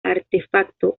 artefacto